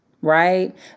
right